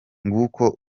nguko